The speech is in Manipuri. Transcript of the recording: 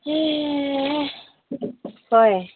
ꯍꯣꯏ